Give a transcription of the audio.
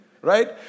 Right